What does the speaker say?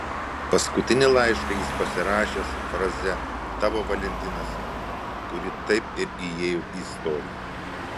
paskutinį laišką jis pasirašęs fraze tavo valentinas kuri taip įėjo į istoriją